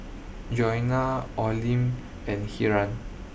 Jeanna Olene and Hiram